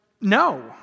no